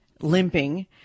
limping